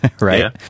right